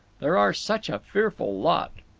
there are such a fearful lot.